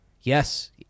Yes